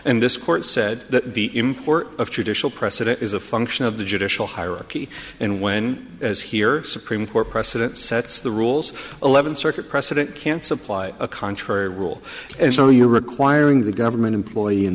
and this court said that the import of judicial precedent is a function of the judicial hierarchy and when as here supreme or precedent sets the rules eleventh circuit precedent can't supply a contrary rule and so you're requiring the government employee in